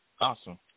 Awesome